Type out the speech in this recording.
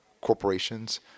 corporations